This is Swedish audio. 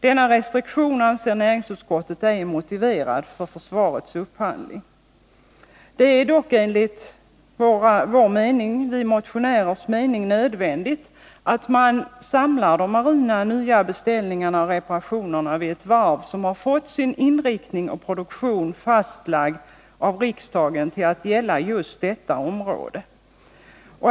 Denna restriktion anser näringsutskottet ej motiverad för försvarets upphandling. Det är dock enligt vår mening nödvändigt att samla de marina nya beställningarna och reparationerna vid ett varv som har fått sin inriktning och produktion fastlagd av riksdagen till att gälla just detta område.